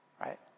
right